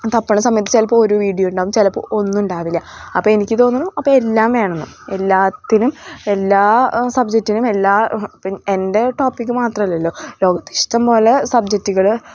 തപ്പുന്ന സമയത്ത് ചിലപ്പോൾ ഒരു വീഡിയോ ഉണ്ടാവും ചിലപ്പോൾ ഒന്നും ഉണ്ടാവില്ല അപ്പം എനിക്ക് തോന്നുന്നു അപ്പം എല്ലാം വേണമെന്ന് എല്ലാത്തിനും എല്ലാ സബ്ജെറ്റിനും എല്ലാ എൻ്റെ ടോപ്പിക്ക് മാത്രമല്ലല്ലോ ലോകത്ത് ഇഷ്ടംപോലെ സബ്ജെറ്റുകൾ